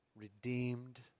redeemed